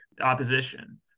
opposition